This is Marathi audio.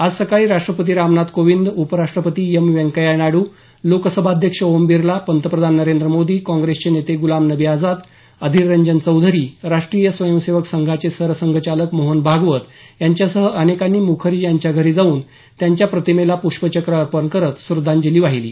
आज सकाळी राष्ट्रपती रामनाथ कोविंद उपराष्ट्रपती एम व्यंकय्या नायडू लोकसभाध्यक्ष ओम बिर्ला पंतप्रधान नरेंद्र मोदी काँग्रेसचे नेते गुलाम नवी आझाद अधीररंजन चौधरी राष्ट्रीय स्वयंसेवक संघाचे सरसंघचालक मोहन भागवत यांच्यासह अनेकांनी मुखर्जी यांच्या घरी जाऊन त्यांच्या प्रतिमेला पुष्पचक्र अर्पण करत श्रद्धांजली वाहिली